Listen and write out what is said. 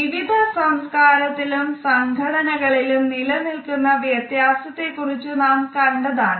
വിവിധ സംസ്കാരത്തിലും സംഘടനകളിലും നില നിൽക്കുന്ന വ്യത്യാസത്തെ കുറിച്ച് നാം കണ്ടതാണ്